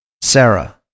Sarah